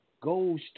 goes